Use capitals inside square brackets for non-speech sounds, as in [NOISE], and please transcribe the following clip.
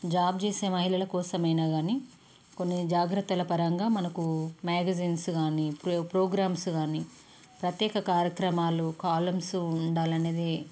job చేసే మహిళల కోసమైనా కానీ కొన్నీ జాగ్రత్తల పరంగా మనకు [UNINTELLIGIBLE] ప్రోగ్రామ్స్ కానీ ప్రత్యేక కార్యక్రమాలు కాలమ్స్ ఉండాలనేది